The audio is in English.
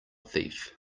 thief